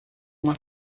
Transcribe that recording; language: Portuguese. uma